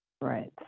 Right